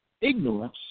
ignorance